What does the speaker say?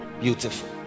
beautiful